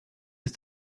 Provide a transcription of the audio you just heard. ist